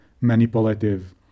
manipulative